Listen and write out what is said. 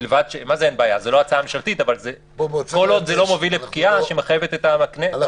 כל עוד זה לא מוביל לפקיעה שמחייבת את הממשלה.